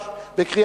מי